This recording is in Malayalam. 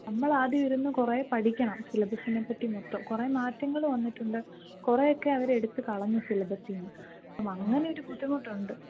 നമ്മൾ ആദ്യം ഇരുന്ന് കുറേ പഠിക്കണം സിലബസിനെ പറ്റി മൊത്തം കുറേ മാറ്റങ്ങൾ വന്നിട്ടുണ്ട് കുറേയൊക്കെ അവർ എടുത്ത് കളഞ്ഞ് സിലബസിൽ നിന്ന് അപ്പം അങ്ങനെ ഒരു ബുദ്ധിമുട്ട് ഉണ്ട്